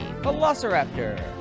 Velociraptor